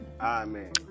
Amen